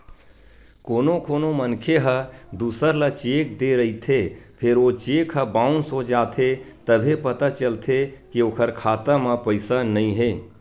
कोनो कोनो मनखे ह दूसर ल चेक दे रहिथे फेर ओ चेक ह बाउंस हो जाथे तभे पता चलथे के ओखर खाता म पइसा नइ हे